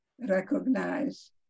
recognize